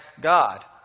God